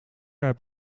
heb